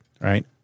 right